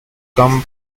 come